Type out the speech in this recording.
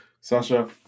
Sasha